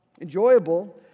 enjoyable